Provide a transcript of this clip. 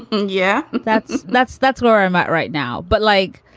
yeah, that's that's that's where i'm at right now. but like,